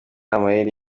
amayeri